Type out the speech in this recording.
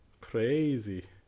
Crazy